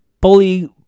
bully